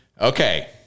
Okay